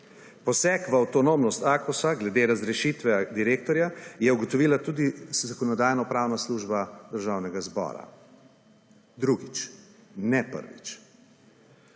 Poseg v avtonomnost AKOSA glede razrešitve direktorja je ugotovila tudi Zakonodajno-pravna služba Državnega zbora drugič, ne prvič.